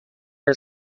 his